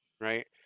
Right